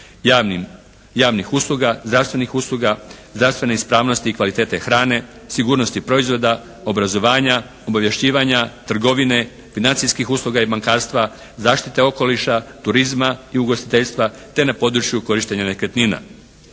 javnih usluga, zdravstvenih usluga, zdravstvene ispravnosti i kvalitete hrane, sigurnosti proizvoda, obrazovanja, obavješćivanja, trgovine, financijskih usluga i bankarstva, zaštite okoliša, turizma i ugostiteljstva te na području korištenja nekretnina.